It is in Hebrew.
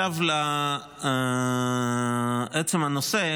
עכשיו לעצם הנושא.